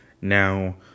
Now